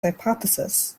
hypothesis